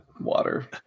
water